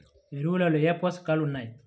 ఎరువులలో ఏ పోషకాలు ఉన్నాయి?